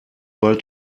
bald